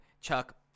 Chuck